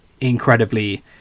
incredibly